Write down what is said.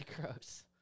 gross